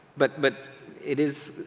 but but it is,